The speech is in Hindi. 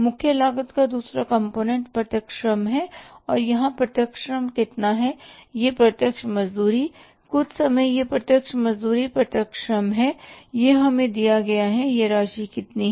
मुख्य लागत का दूसरा कंपोनेंट प्रत्यक्ष श्रम है और यहां प्रत्यक्ष श्रम कितना है या प्रत्यक्ष मजदूरी कुछ समय यह प्रत्यक्ष मजदूरी प्रत्यक्ष श्रम है यह हमें दिया जाता है और यह राशि कितनी है